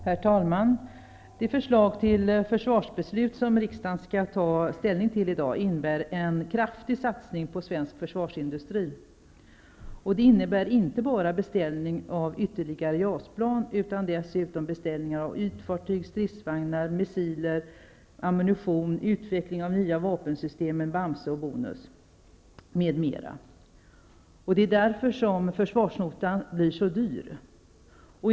Herr talman! Det förslag till försvarsbeslut som riksdagen skall ta ställning till i dag innebär en kraftig satsning på svensk försvarsindustri. Det innebär inte bara beställning av ytterligare JAS plan utan dessutom beställningar av ytfartyg, stridsvagnar, missiler, ammunition, utveckling av de nya vapensystemen Bamse och Bonus m.m. Det är därför som försvarsnotan blir så dyr.